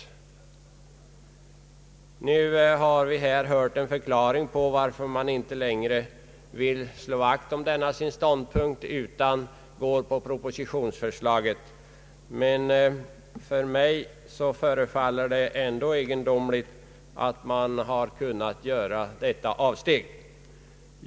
Nu har vi här hört en förklaring till varför man inte längre vill slå vakt om denna sin ståndpunkt utan vill gå på förslaget i propositionen, men det förefaller mig ändå egendomligt att man har kunnat göra detta avsteg.